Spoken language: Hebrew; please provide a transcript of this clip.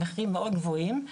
מחירים מאוד גבוהים.